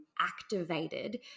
activated